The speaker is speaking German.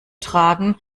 tragen